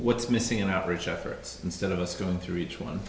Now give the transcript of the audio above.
what's missing in outreach efforts instead of us going through each one